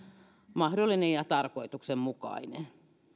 mahdollinen ja tarkoituksenmukainen